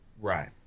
Right